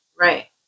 right